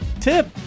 tip